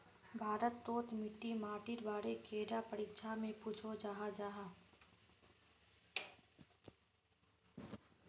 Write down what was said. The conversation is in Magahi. भारत तोत मिट्टी माटिर बारे कैडा परीक्षा में पुछोहो जाहा जाहा?